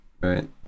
Right